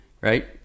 right